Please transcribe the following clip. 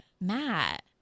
Matt